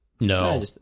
No